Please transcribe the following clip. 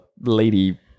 lady